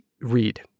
read